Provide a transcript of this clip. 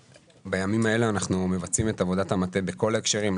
בימים האלה אנחנו מבצעים את עבודת המטה בכל ההקשרים,